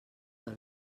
del